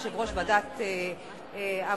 יושב-ראש ועדת העבודה,